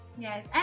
Yes